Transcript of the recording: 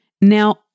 Now